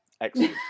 Excellent